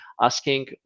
asking